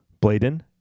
Bladen